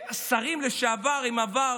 שרים לשעבר עם עבר